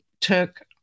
took